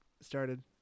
started